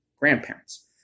grandparents